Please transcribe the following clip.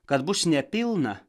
kad bus nepilna